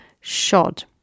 shod